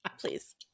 Please